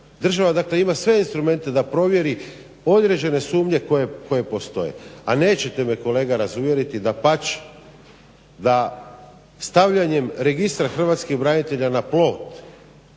Država ima dakle sve instrumente da provjeri određene sumnje koje postoje, a nećete me kolega razuvjeriti, dapače da stavljanjem registra hrvatskih branitelja na plot